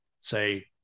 say